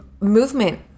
movement